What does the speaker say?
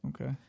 Okay